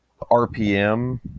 RPM